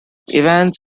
evans